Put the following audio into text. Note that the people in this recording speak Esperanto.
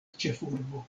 ĉefurbo